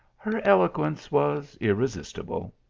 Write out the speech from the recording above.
her eloquence was irresistible.